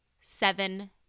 seven